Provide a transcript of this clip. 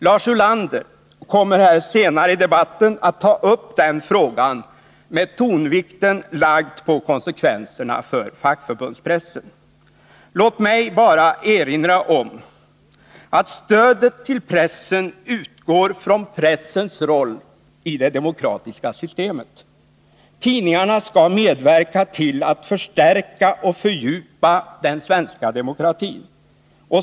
Lars Ulander kommer senare i debatten att ta upp den frågan med tonvikten lagd på konsekvenserna för fackförbundspressen. Låt mig bara erinra om att stödet till pressen utgår från dess roll i det demokratiska systemet. Tidningarna skall medverka till att förstärka och fördjupa den svenska demokratin.